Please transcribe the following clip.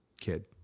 kid